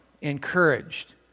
encouraged